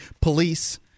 police